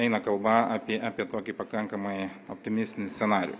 eina kalba apie apie tokį pakankamai optimistinį scenarijų